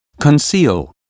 Conceal